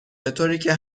بطوریکه